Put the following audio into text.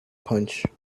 punch